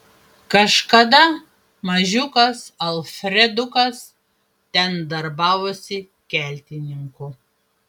kažkada mažiukas alfredukas ten darbavosi keltininku